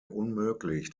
unmöglich